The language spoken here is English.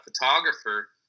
photographer